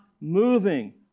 moving